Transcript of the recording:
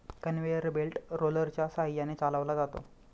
conveyor belt रोलरच्या सहाय्याने चालवला जातो